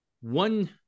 one